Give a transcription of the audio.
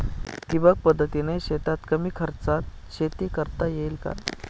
ठिबक पद्धतीने शेतात कमी खर्चात शेती करता येईल का?